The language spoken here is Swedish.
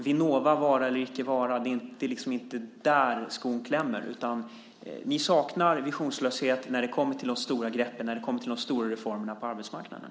Vinnovas vara eller inte vara - det är inte där skon klämmer, utan ni saknar visioner när det kommer till de stora greppen och de stora reformerna på arbetsmarknaden.